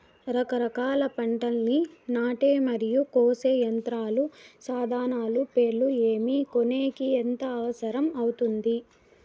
రకరకాల పంటలని నాటే మరియు కోసే యంత్రాలు, సాధనాలు పేర్లు ఏమి, కొనేకి ఎంత అవసరం అవుతుంది?